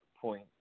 point